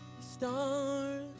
stars